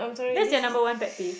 that's the number one pet peeve